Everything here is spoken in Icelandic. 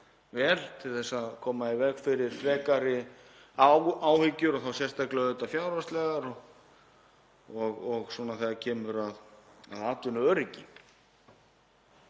vel til að koma í veg fyrir frekari áhyggjur, þá sérstaklega fjárhagslegar og þegar kemur að atvinnuöryggi.